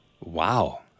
Wow